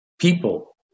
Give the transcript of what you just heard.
people